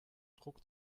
druck